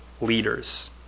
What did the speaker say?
leaders